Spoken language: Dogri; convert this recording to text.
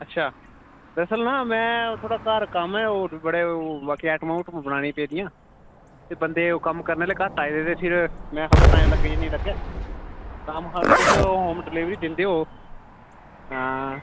अच्छा दरअसल ना में ओह् थोह्ड़ा घर कम्म ऐ होर बी बड़े ओह् बाकी आइटमां उटमां बनाने ई पेदियां ते बंदे ओह् कम्म करने आह्ले घट्ट आए दे ते फिर में खबरै टाइम लग्गे जां नेईं लग्गे तां महां अगर तुस अगर होम डिलीवरी दिंदे ओ आं